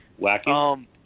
Wacky